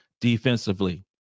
defensively